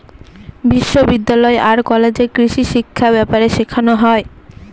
বিশ্ববিদ্যালয় আর কলেজে কৃষিশিক্ষা ব্যাপারে শেখানো হয়